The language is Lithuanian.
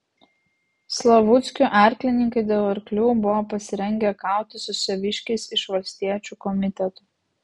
slavuckių arklininkai dėl arklių buvo pasirengę kautis su saviškiais iš valstiečių komiteto